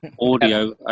Audio